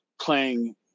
playing